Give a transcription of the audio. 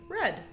red